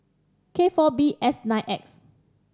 K four B S nine X